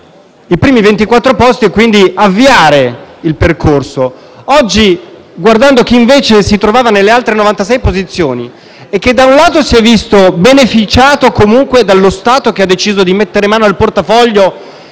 primi 24 posti per avviare il percorso. Oggi, guardando chi invece si trovava nelle altre 96 posizioni e che da un lato si è visto beneficiato comunque dallo Stato, che ha deciso di mettere mano al portafoglio